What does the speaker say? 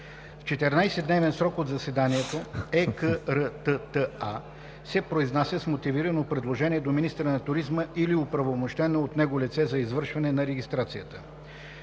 В 14-дневен срок от заседанието ЕКРТТА се произнася с мотивирано предложение до министъра на туризма или оправомощено от него лице за извършване на регистрацията.